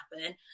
happen